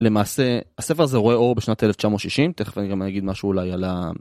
למעשה, הספר הזה רואה אור בשנת 1960, תכף אני גם אגיד משהו אולי על ה...